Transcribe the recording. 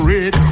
Red